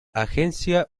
agencia